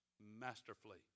masterfully